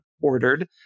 ordered